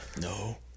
No